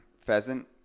pheasant